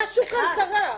משהו כאן קרה,